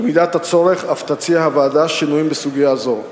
במידת הצורך אף תציע הוועדה שינויים בסוגיה זו.